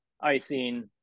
icing